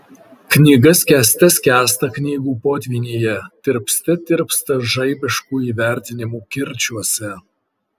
knyga skęste skęsta knygų potvynyje tirpte tirpsta žaibiškų įvertinimų kirčiuose